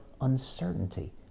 uncertainty